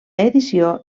edició